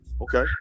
Okay